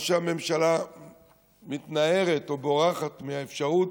מה שהממשלה מתנערת או בורחת מהאפשרות,